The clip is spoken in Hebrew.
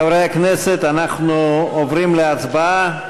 חברי הכנסת, אנחנו עוברים להצבעה.